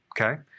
okay